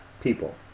People